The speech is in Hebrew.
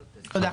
תודה.